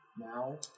Now